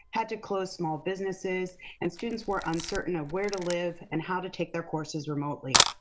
had to close small businesses and students were uncertain of where to live and how to take their courses remotely.